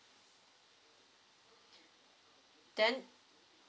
then